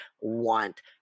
want